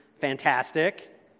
Fantastic